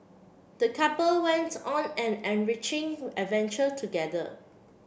the couple went on an enriching adventure together